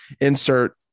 insert